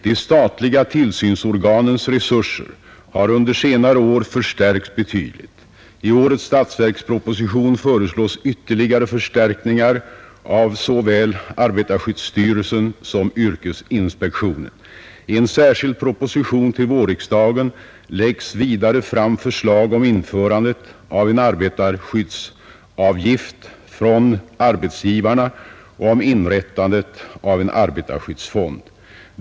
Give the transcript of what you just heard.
De statliga tillsynsorganens resurser har under senare år förstärkts betydligt. I årets statsverksproposition föreslås ytterligare förstärkningar av såväl arbetarskyddsstyrelsen som yrkesinspektionen. I en särskild proposition till vårriksdagen läggs vidare fram förslag om införande av en arbetarskyddsavgift från arbetsgivarna och om inrättande av en arbetarskyddsfond.